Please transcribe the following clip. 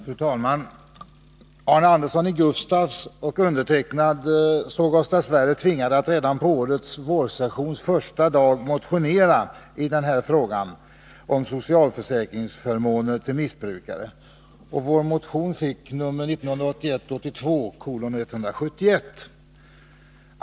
Fru talman! Arne Andersson i Gustafs och jag såg oss dess värre tvingade att redan på årets vårsessions första dag motionera i den här frågan om socialförsäkringsförmåner till missbrukare. Vår motions nummer är 1981/ 82:171.